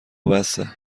بسه